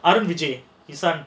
arun vijay